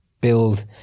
build